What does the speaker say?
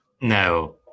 No